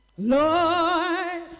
Lord